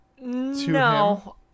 No